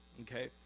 Okay